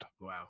Wow